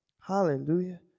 Hallelujah